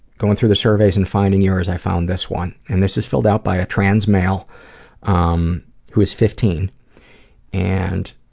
going through the surveys and finding yours, i found this one. and this is filled out by a trans-male, um who who is fifteen and